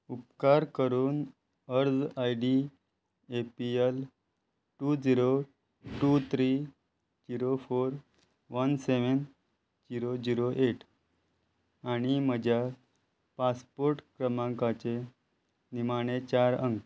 उपकार करून अर्ज I D A P L two zero two three zero four one seven zero zero eight आनी म्हज्या passport क्रमांकाचे निमाणे चार अंक